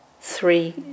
three